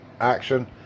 action